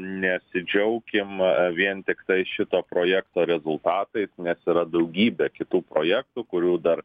nesidžiaukim vien tiktai šito projekto rezultatais nes yra daugybė kitų projektų kurių dar